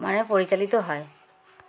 মানে পরিচালিত হয়